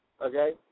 Okay